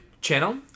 channel